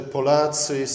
Polacy